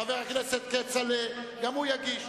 חבר הכנסת כצל'ה גם הוא יגיש.